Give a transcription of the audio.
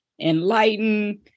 enlighten